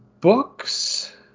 books